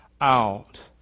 out